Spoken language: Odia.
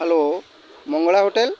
hello Mangala hotel